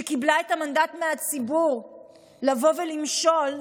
שקיבלה את המנדט מהציבור לבוא ולמשול,